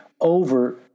over